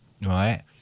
Right